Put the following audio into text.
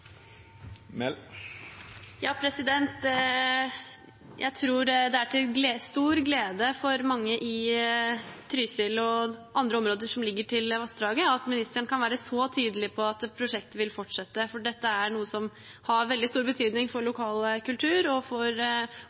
Jeg tror det er til stor glede for mange i Trysil og andre områder som ligger til vassdraget, at ministeren kan være så tydelig på at prosjektet vil fortsette, for dette er noe som har veldig stor betydning for lokal kultur og for